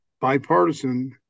bipartisan